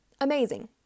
Amazing